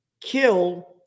kill